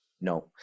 No